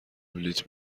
بلیط